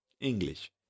english